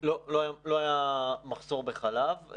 לא, לא היה מחסור בחלב.